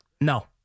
No